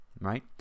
right